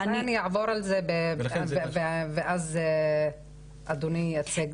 אולי אני אעבור ואז אדוני ירחיב.